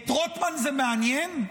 את רוטמן זה מעניין?